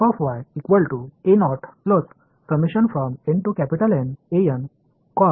तर मी पाहू शकतो